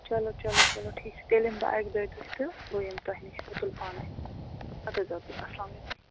چلو چلو چلو ٹھیٖک چھُ تیٚلہِ یِمہٕ بہٕ اَکہِ دۄیہِ دُہہِ تہٕ بہٕ یِمہٕ تۄہہِ نِش بہٕ تُلہٕ پانَے اَدٕ حظ اَدٕ حظ اسلامُ علیکُم